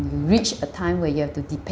you reach a time where you have to depend